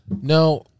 No